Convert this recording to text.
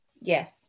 Yes